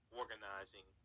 organizing